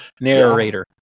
Narrator